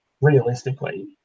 realistically